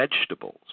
vegetables